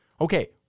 Okay